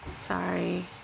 Sorry